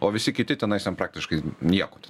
o visi kiti tenais ten praktiškai niekur